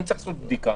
אני צריך לעשות בדיקה,